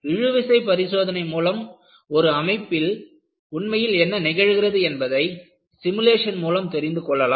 இழுவிசை பரிசோதனை மூலம் ஒரு அமைப்பில் உண்மையில் என்ன நிகழ்கிறது என்பதை சிமுலேஷன் மூலம் தெரிந்து கொள்ளலாம்